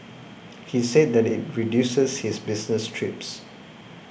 he said that it reduces his business trips